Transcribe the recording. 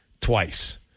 twice